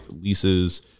leases